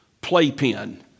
playpen